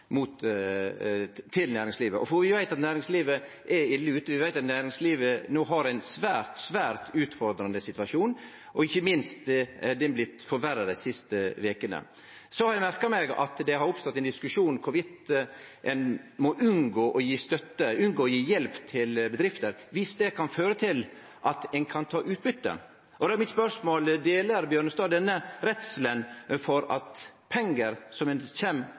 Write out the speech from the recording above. for næringslivet, for vi veit at næringslivet er ille ute, vi veit at næringslivet no har ein svært, svært utfordrande situasjon, og ikkje minst har han blitt forverra dei siste vekene. Eg har merka meg at det har oppstått ein diskusjon om ein må unngå å gi støtte, unngå å gi hjelp, til bedrifter viss det kan føre til at ein kan ta ut utbyte. Då er spørsmålet mitt: Deler representanten Bjørnstad denne redselen for at pengar som kjem